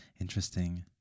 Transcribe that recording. Interesting